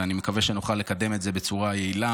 ואני מקווה שנוכל לקדם את זה בצורה יעילה